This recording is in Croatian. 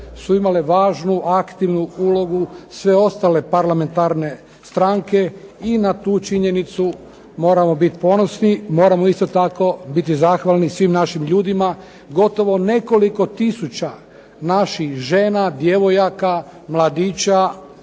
su imale važnu, aktivnu ulogu sve ostale parlamentarne stranke i na tu činjenicu moramo biti ponosni. Moramo isto tako biti zahvalni svim našim ljudima. Gotovo nekoliko tisuća naših žena, djevojaka, mladića,